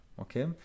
okay